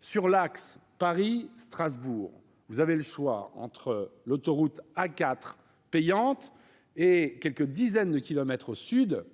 sur l'axe Paris-Strasbourg, vous avez le choix entre l'autoroute A4, payante, et, quelques dizaines de kilomètres au sud,